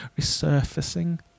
resurfacing